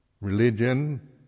religion